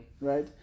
Right